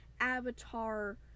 avatar